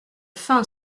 fin